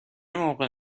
موقع